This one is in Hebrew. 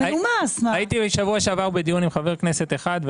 הייתי שבוע שעבר בדיון עם חבר כנסת אחד.